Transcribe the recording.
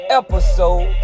episode